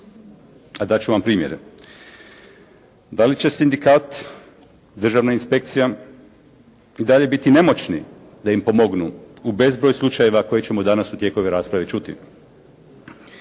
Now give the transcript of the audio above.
A dati ću vam primjere. Da li će sindikat, državna inspekcija i dalje biti nemoćni da im pomognu u bezbroj slučajeva koje ćemo danas u tijeku ove rasprave čuti.